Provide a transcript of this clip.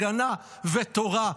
הגנה ותורה.